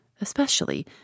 especially